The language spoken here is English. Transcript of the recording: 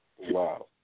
Wow